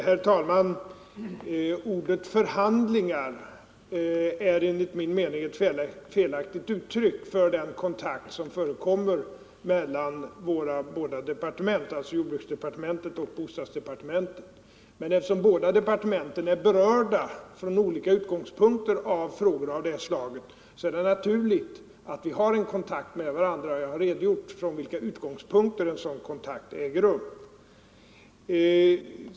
Herr talman! ”Förhandlingar” är enligt min mening en felaktig beteckning för den kontakt som förekommer mellan jordbruksdepartementet och bostadsdepartementet. Men eftersom båda departementen från olika utgångspunkter är berörda av detta slags frågor är det naturligt att vi har en kontakt med varandra, och jag har redogjort för från vilka utgångspunkter en sådan kontakt äger rum.